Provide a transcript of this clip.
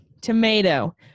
Tomato